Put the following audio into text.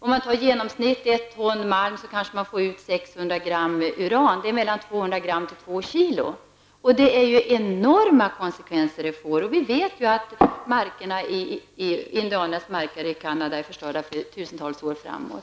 Om man i genomsnitt bryter 1 ton malun kanske man får ut Det får enorma konsekvenser för miljön. Vi vet att indianernas marker i Canada är förstörda för tusentals år framåt.